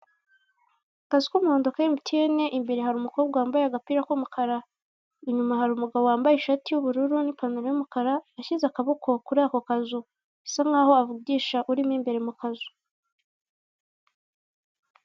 Akazu k'umuhondo ka MTN imbere hari umukobwa wambaye agapira k'umukara inyuma hari umugabo wambaye ishati y'ubururu n'ipantaro y'umukara ashyize akaboko kuri ako kazu bisa nkaho avugisha urimo imbere mu kazu.